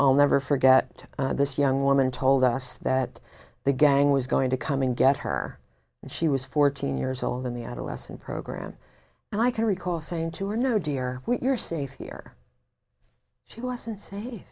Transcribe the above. know never forget this young woman told us that the gang was going to come and get her and she was fourteen years old in the adolescent program and i can recall saying to her no dear you're safe here she wasn't